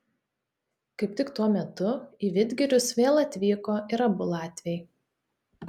kaip tik tuo metu į vidgirius vėl atvyko ir abu latviai